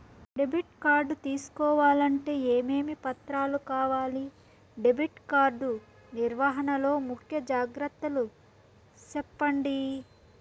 Debit card తీసుకోవాలంటే ఏమేమి పత్రాలు కావాలి? డెబిట్ కార్డు నిర్వహణ లో ముఖ్య జాగ్రత్తలు సెప్పండి?